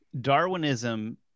Darwinism